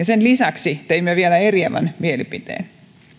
sen lisäksi teimme vielä eriävän mielipiteen